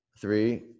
three